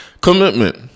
commitment